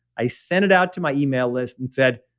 i sent it out to my email list and said,